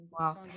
Wow